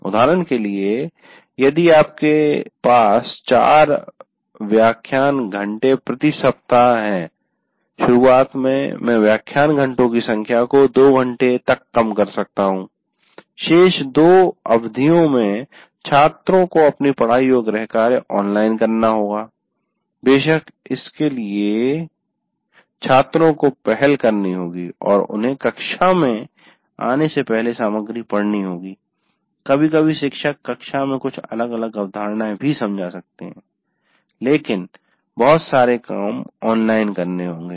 उदाहरण के लिए यदि आपके पास चार व्याख्यान घंटे प्रति सप्ताह है शुरूआत में मैं व्याख्यान घंटो की संख्या को 2 घंटे तक कम कर सकता हूं शेष दो अवधियों में छात्रों को अपनी पढ़ाई और गृहकार्य ऑनलाइन करना होगा बेशक इसके लिए छात्रों को पहल करनी होगी और उन्हें कक्षा में आने से पहले सामग्री पढ़नी होगी कभी कभी शिक्षक कक्षा में कुछ अलग अवधारणाएं भी समझा सकते हैं लेकिन बहुत सारे काम ऑनलाइन करने होंगे